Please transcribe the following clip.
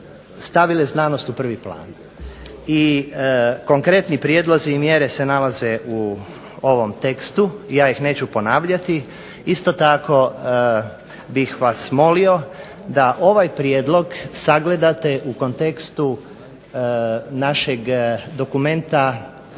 stavile znanost u prvi plan i konkretni prijedlozi i mjere se nalaze u ovom tekstu i ja ih neću ponavljati. Isto tako bih vas molio da ovaj prijedlog sagledate u kontekstu našeg dokumenta